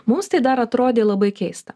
mums tai dar atrodė labai keista